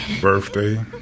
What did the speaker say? birthday